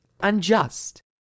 unjust